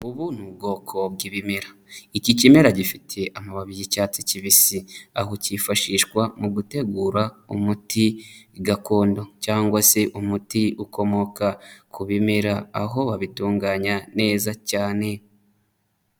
Ubu ni ubwoko bwibimera. Iki kimera gifite amababi y'icyatsi kibisi, aho kifashishwa mu gutegura umuti i gakondo cyangwa se umuti ukomoka ku bimera, aho babitunganya neza cyane.